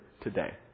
today